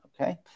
Okay